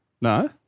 no